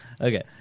Okay